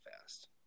fast